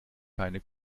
keine